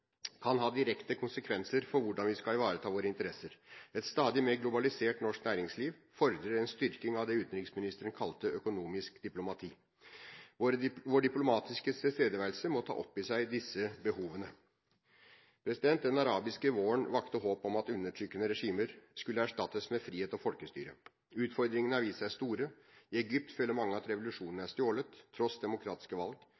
kan ha direkte konsekvenser for hvordan vi skal ivareta våre interesser. Et stadig mer globalisert norsk næringsliv fordrer en styrking av det utenriksministeren kalte økonomisk diplomati. Vår diplomatiske tilstedeværelse må ta opp i seg disse behovene. Den arabiske våren vakte håp om at undertrykkende regimer skulle erstattes med frihet og folkestyre. Utfordringene har vist seg store. I Egypt føler mange at revolusjonen er stjålet, tross demokratiske valg.